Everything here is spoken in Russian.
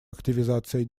активизация